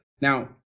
Now